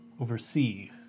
oversee